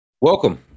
Welcome